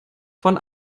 von